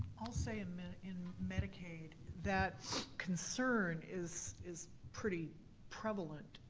i'll say um and in medicaid that concern is is pretty prevalent.